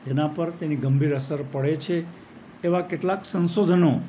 જેના પર તેની ગંભીર અસર પડે છે એવા કેટલાક સંસોધનો